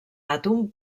àtom